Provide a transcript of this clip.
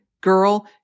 girl